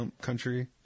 country